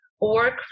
work